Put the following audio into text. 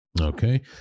Okay